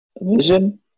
Vision